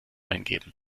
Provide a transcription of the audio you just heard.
eingeben